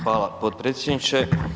Hvala potpredsjedniče.